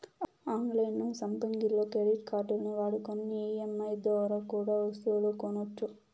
on line సాపింగుల్లో credit కార్డుల్ని వాడుకొని ఈ.ఎం.ఐ దోరా కూడా ఒస్తువులు కొనొచ్చు